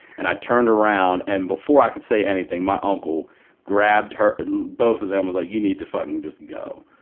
and i turned around, and before i could say anything, my uncle grabbed her both of them were like, you need to fucking just go.